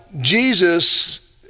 Jesus